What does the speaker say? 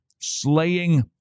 slaying